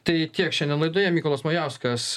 tai tiek šiandien laidoje mykolas majauskas